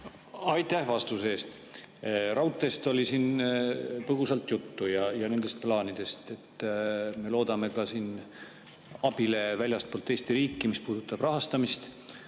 Aitäh vastuse eest! Raudteest oli siin põgusalt juttu ja nendest plaanidest, et me loodame ka abile väljastpoolt Eesti riiki, mis puudutab rahastamist.